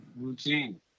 routine